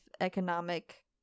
economic